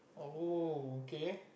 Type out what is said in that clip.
oh okay